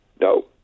no